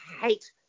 hate